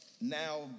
now